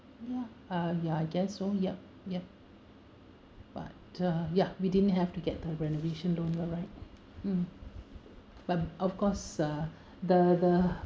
uh ya I guess so yup yup but uh ya we didn't have to get the renovation loan lah right um but of course uh the the